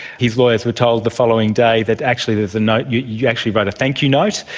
his lawyers were told the following day that actually there was a note, you you actually wrote a thank-you note,